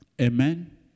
Amen